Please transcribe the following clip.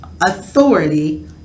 authority